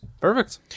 Perfect